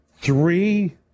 Three